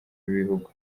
b’igihugu